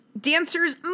dancers